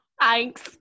Thanks